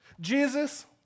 Jesus